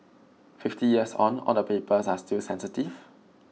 fifty years on all the papers are still sensitive